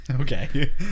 Okay